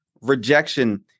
rejection